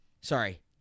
sorry